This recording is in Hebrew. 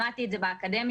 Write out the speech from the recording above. למדתי את זה באקדמיה,